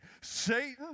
Satan